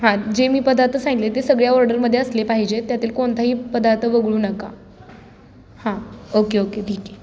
हां जे मी पदार्थ सांगले ते सगळ्या ऑर्डरमध्ये असले पाहिजे त्यातील कोणताही पदार्थ वगळू नका हां ओके ओके ठीक आहे